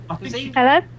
Hello